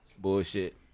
bullshit